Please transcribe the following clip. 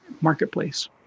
marketplace